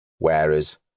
Whereas